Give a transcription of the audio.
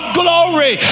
glory